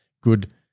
good